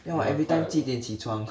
then what every time 几点起床